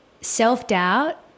self-doubt